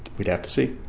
we'd have to see.